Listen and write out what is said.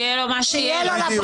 שיהיה לו מה שיהיה לו,